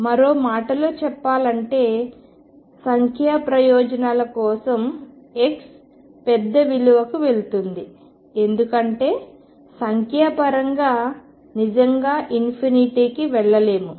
మరో మాటలలో చెప్పాలంటే సంఖ్యా ప్రయోజనాల కోసం x పెద్ద విలువకు వెళుతుంది ఎందుకంటే సంఖ్యాపరంగా నిజంగా కి వెళ్లలేము